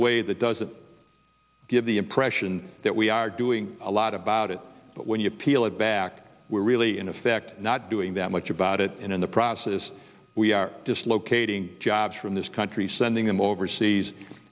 a way that doesn't give the impression that we are doing a lot about it but when you peel it back we're really in effect not doing that much about it and in the process we are dislocating jobs from this country sending them overseas